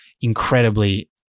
incredibly